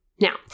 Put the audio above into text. Now